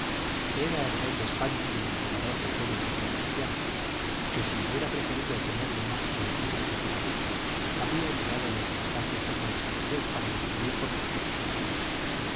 que era el rey de españa y el emperador de todo el mundo cristiano y que si hubiera preferido tenerle más por enemigo que por amigo habría enviado los bastantes hombres y navios para destruir por completo su isla